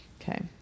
Okay